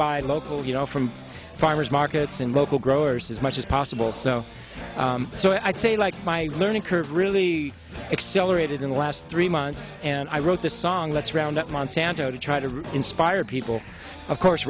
buy local you know from farmers markets and local growers as much as possible so so i'd say like my learning curve really accelerated in the last three months and i wrote this song let's round up monsanto to try to inspire people of course